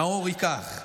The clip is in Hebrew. נאור ייקח.